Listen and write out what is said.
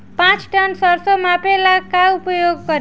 पाँच टन सरसो मापे ला का उपयोग करी?